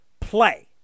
play